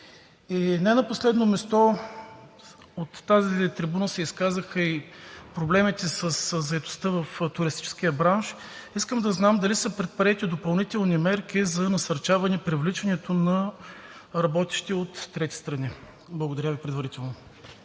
не на последно място, от тази трибуна се изказаха и проблемите със заетостта в туристическия бранш. Искам да знам дали са предприети допълнителни мерки за насърчаване привличането на работещи от трети страни? Благодаря Ви предварително.